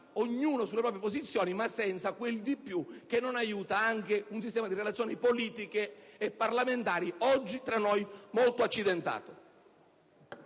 ognuno sulle proprie posizioni, ma senza quel di più che non aiuta un sistema di relazioni politiche e parlamentari tra noi oggi molto accidentato.